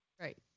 Right